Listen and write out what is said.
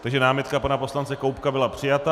Takže námitka pana poslance Koubka byla přijata.